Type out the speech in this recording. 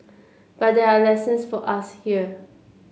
but there are lessons for us here